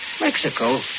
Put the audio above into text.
Mexico